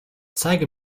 zeige